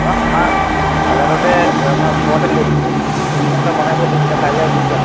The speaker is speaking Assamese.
অঁ আমাৰ বজাৰতে আমাৰ ওচৰতে সেইখিনি টিভিখনকে বনাই থৈ কাইলে গুচি যাম